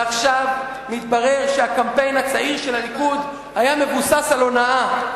עכשיו מתברר שהקמפיין הצעיר של הליכוד היה מבוסס על הונאה,